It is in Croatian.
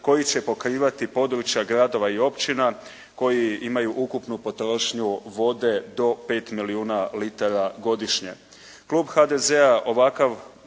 koji će pokrivati područja gradova i općina koji imaju ukupnu potrošnju vode do 5 milijuna litara godišnje.